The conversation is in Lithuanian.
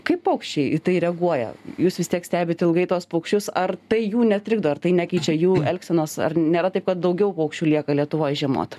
kaip paukščiai į tai reaguoja jūs vis tiek stebit ilgai tuos paukščius ar tai jų netrikdo ir tai nekeičia jų elgsenos ar nėra taip kad daugiau paukščių lieka lietuvoj žiemoti